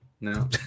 No